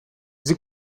sie